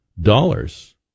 dollars